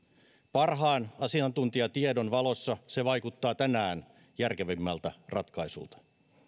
parhaan asiantuntijatiedon valossa se vaikuttaa tänään järkevimmältä ratkaisulta